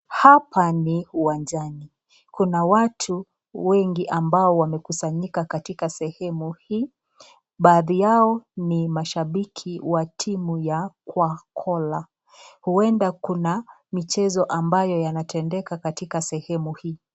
Hapa ni uwanjani kuna watu wengi ambao wamekusanyika katika sehemu hii baadhi yao ni mashabiki wa timu ya kwakwola huenda Kuna michezo ambayo inatendeka katika sehemu hii.